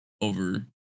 over